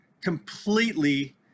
completely